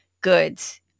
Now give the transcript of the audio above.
goods